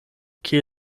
kie